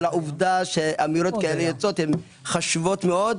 העובדה שאמירות כאלה יוצאות היא חשובה מאוד.